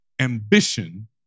ambition